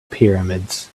pyramids